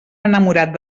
enamorat